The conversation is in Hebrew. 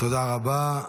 תודה רבה.